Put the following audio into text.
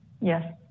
Yes